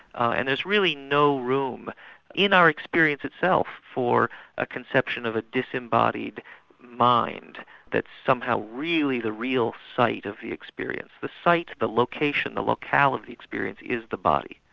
and there's really no room in our experience itself, for a conception of a disembodied mind that's somehow really the real site of the experience. the site, the but location, the locale of the experience, is the body.